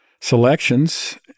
selections